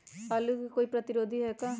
आलू के कोई प्रतिरोधी है का?